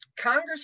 Congress